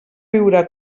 viure